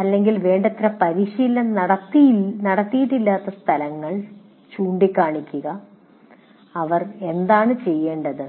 അല്ലെങ്കിൽ വേണ്ടത്ര പരിശീലനം നടത്തിയിട്ടില്ലാത്ത സ്ഥലങ്ങളിൽ ചൂണ്ടിക്കാണിക്കുക അവർ എന്താണ് ചെയ്യേണ്ടത്